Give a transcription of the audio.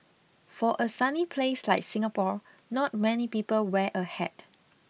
for a sunny place like Singapore not many people wear a hat